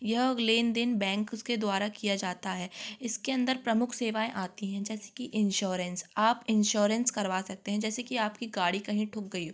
यह लेन देन बैंक के द्वारा किया जाता है इसके अंदर प्रमुख सेवाएं आती हैं जैसे कि इंश्योरेंस आप इंश्योरेंस करवा सकते हैं जैसे कि आपकी गाड़ी कहीं ठुक गई